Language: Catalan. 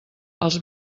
els